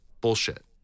bullshit